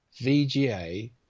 VGA